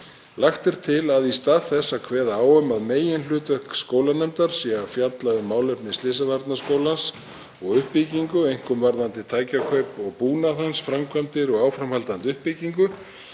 Lagt er til að í stað þess að kveða á um að meginhlutverk skólanefndar sé að fjalla um málefni Slysavarnaskólans og uppbyggingu, einkum varðandi tækjakaup og búnað hans, framkvæmdir og áframhaldandi uppbyggingu,